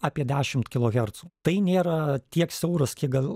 apie dešimt kilohercų tai nėra tiek siauras kiek gal